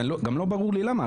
וגם לא ברור לי למה.